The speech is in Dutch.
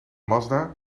mazda